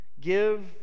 Give